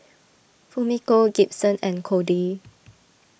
Fumiko Gibson and Codey